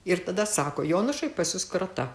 ir tada sako jonušai pas jus krata